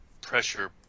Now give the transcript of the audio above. pressure